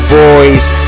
boys